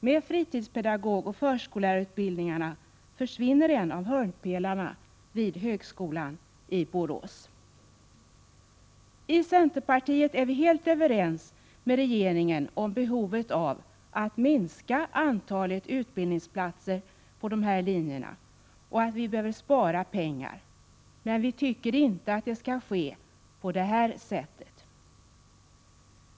Med fritidspedagogoch förskollärarutbildningarna försvinner en av hörnpelarna inom högskolan i Borås. I centerpartiet är vi helt överens med regeringen om behovet av att minska antalet utbildningsplatser på de här linjerna och av att spara pengar. Men vi tycker inte att det skall ske på det här sättet.